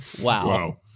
Wow